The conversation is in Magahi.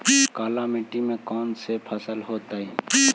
काला मिट्टी में कौन से फसल होतै?